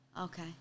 Okay